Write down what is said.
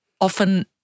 often